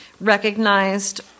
recognized